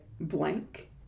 blank